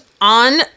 on